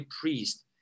priest